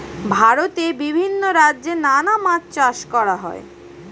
ভারতে বিভিন্ন রাজ্যে নানা মাছ চাষ করা হয়